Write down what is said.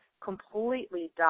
completely